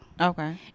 okay